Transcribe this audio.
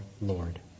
Lord